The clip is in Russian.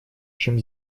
чем